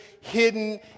hidden